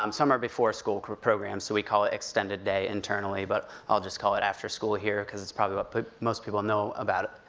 um some are before school programs, so we call it extended day internally, but i'll just call it after school here, cause it's probably what most people know about